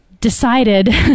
decided